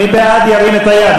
מי בעד הסעיף, ירים את היד.